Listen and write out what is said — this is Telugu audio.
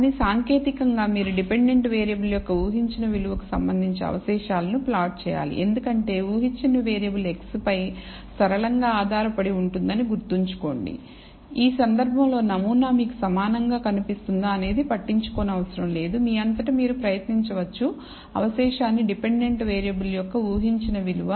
కానీ సాంకేతికంగా మీరు డిపెండెంట్ వేరియబుల్ యొక్క ఊహించిన విలువకు సంబంధించి అవశేషాలను ప్లాట్ చేయాలి ఎందుకంటే ఊహించిన వేరియబుల్ x పై సరళంగా ఆధారపడి ఉంటుందని గుర్తుంచుకోండి ఈ సందర్భంలో నమూనా మీకు సమానంగా కనిపిస్తుందా అనేది పట్టించుకోనవసరం లేదు మీ అంతట మీరు ప్రయత్నించవచ్చు అవశేషాన్ని డిపెండెంట్ వేరియబుల్ యొక్క ఊహించిన విలువ